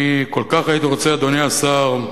כל כך הייתי רוצה, אדוני השר,